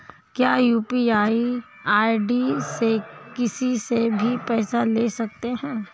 क्या UPI ID से किसी से भी पैसे ले दे सकते हैं?